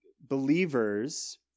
believers